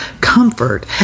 comfort